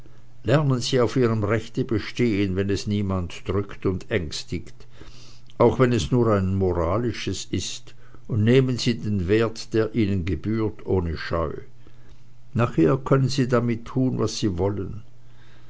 lernen sie auf ihrem rechte bestehen wenn es niemand drückt und ängstigt auch wenn es nur ein moralisches ist und nehmen sie den wert der ihnen gebührt ohne scheu nachher können sie damit tun was sie wollen